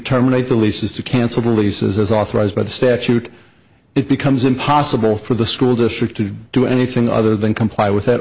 terminate the lease is to cancel the lease as is authorized by the statute it becomes impossible for the school district to do anything other than comply with that